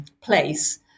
place